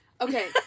Okay